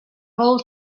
all